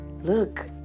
look